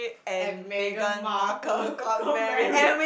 and Meghan-Markle got married